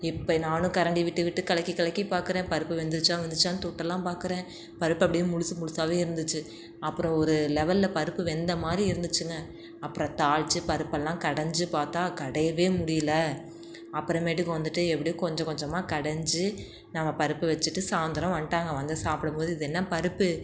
இப்போ நானும் கரண்டி விட்டு விட்டு கலக்கி கலக்கி பார்க்குறேன் பருப்பு வெந்துருச்சா வெந்துருச்சானு தொட்டல்லாம் பார்க்குறேன் பருப்பு அப்படியே முழுசு முழுசாவே இருந்துச்சு அப்புறம் ஒரு லெவலில் பருப்பு வெந்த மாதிரி இருந்துச்சுங்க அப்புறம் தாளித்து பருப்பெல்லாம் கடஞ்சு பார்த்தா கடையவே முடியல அப்புறமேட்டுக்கு வந்துட்டு எப்படியோ கொஞ்சம் கொஞ்சமாக கடைஞ்சு நம்ம பருப்பு வச்சிட்டு சாயந்தரம் வந்துட்டாங்க வந்து சாப்பிடும் போது இது என்ன பருப்பு